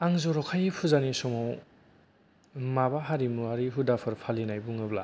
आं जरखायै फुजानि समाव माबा हारिमुवारि हुदाफोर फालिनाय बुङोब्ला